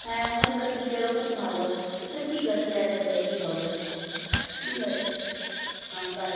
হ্যাঁ ওখানকার টিচারও খুব ভালো আচ্ছা ঠিক আছে দেখা যাক কী হবে ঠিক আছে হ্যাঁ বাই